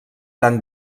tan